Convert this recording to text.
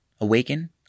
Awaken